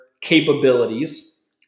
capabilities